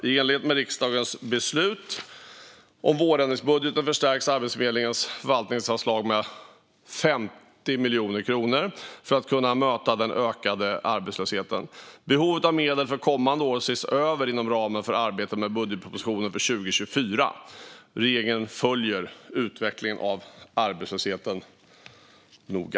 I enlighet med riksdagens beslut om vårändringsbudgeten förstärks Arbetsförmedlingens förvaltningsanslag med 50 miljoner kronor för att kunna möta den ökade arbetslösheten. Behovet av medel för kommande år ses över inom ramen för arbetet med budgetpropositionen för 2024. Regeringen följer utvecklingen av arbetslösheten noga.